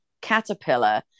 caterpillar